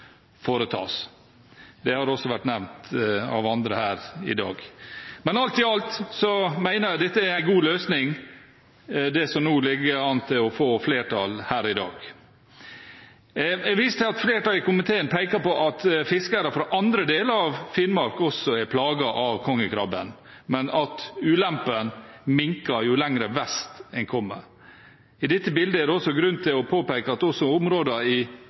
foretas. Det har også vært nevnt av andre her i dag. Men alt i alt mener jeg det er en god løsning det ligger an til å bli flertall for her i dag. Jeg viser til at flertallet i komiteen peker på at fiskere fra andre deler av Finnmark også er plaget av kongekrabben, men at ulempen minker jo lenger vest en kommer. I dette bildet er det grunn til å påpeke at også områder i